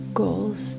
goals